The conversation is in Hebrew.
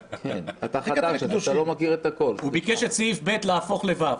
הוא ביקש את סעיף ב' להפוך ל-ו'.